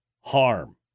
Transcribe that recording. harm